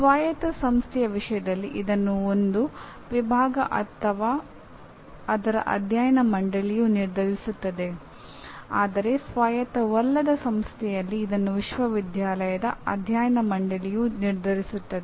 ಸ್ವಾಯತ್ತ ಸಂಸ್ಥೆಯ ವಿಷಯದಲ್ಲಿ ಇದನ್ನು ಒಂದು ವಿಭಾಗ ಮತ್ತು ಅದರ ಅಧ್ಯಯನ ಮಂಡಳಿಯು ನಿರ್ಧರಿಸುತ್ತದೆ ಆದರೆ ಸ್ವಾಯತ್ತವಲ್ಲದ ಸಂಸ್ಥೆಯಲ್ಲಿ ಇದನ್ನು ವಿಶ್ವವಿದ್ಯಾಲಯದ ಅಧ್ಯಯನ ಮಂಡಳಿಯು ನಿರ್ಧರಿಸುತ್ತದೆ